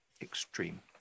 extreme